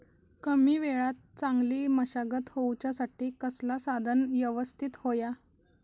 कमी वेळात चांगली मशागत होऊच्यासाठी कसला साधन यवस्तित होया?